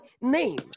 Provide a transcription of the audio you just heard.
name